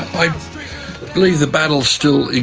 i believe the battle still